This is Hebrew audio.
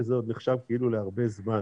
וזה עוד נחשב כאילו להרבה זמן,